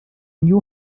new